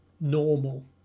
normal